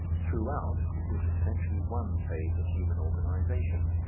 throughout it was essentially one phase of human organization.